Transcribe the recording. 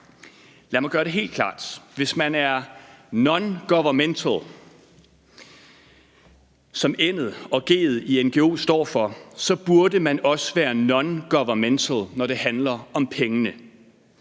Lad mig gøre det helt klart: Hvis man er non-governmental, som n'et og g'et i ngo står for, så burde man også være non-governmental, når det handler om pengene.